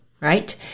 right